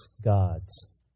gods